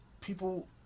people